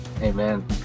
Amen